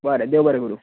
बरे देव बरे करुं